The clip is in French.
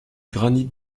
granit